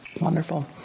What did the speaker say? Wonderful